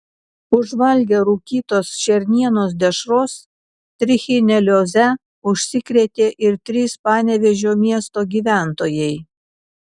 užvalgę rūkytos šernienos dešros trichinelioze užsikrėtė ir trys panevėžio miesto gyventojai